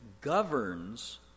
governs